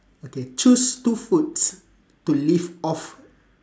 okay choose two foods to live off